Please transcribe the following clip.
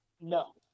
no